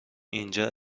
اینجا